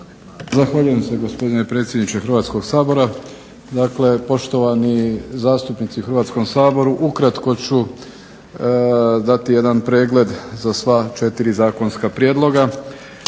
Zahvaljujem se gospodine predsjedniče Hrvatskog sabora. Dakle poštovani zastupnici u Hrvatskom saboru. Ukratko ću dati jedan pregled za sva četiri zakonska prijedloga.